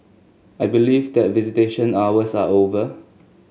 I believe that visitation hours are over